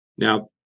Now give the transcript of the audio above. Now